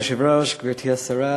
כבוד היושב-ראש, תודה, גברתי השרה,